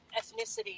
ethnicity